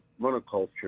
monoculture